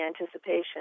anticipation